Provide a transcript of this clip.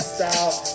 Style